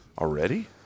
already